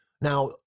Now